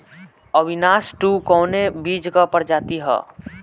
Avinash two कवने बीज क प्रजाति ह?